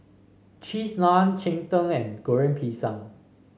Cheese Naan Cheng Tng and Goreng Pisang